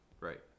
right